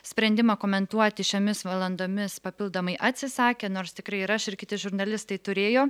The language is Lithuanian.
sprendimą komentuoti šiomis valandomis papildomai atsisakė nors tikrai ir aš ir kiti žurnalistai turėjo